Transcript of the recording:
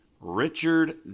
Richard